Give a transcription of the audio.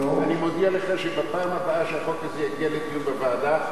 אני מודיע לך שבפעם הבאה שהחוק הזה יגיע לדיון בוועדה,